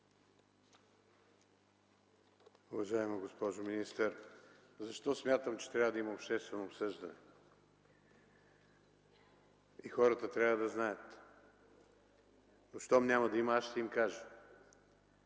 Уважаема госпожо министър, защо смятам, че трябва да има обществено обсъждане и хората трябва да знаят? Но щом няма да има, аз ще им кажа.